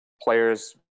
players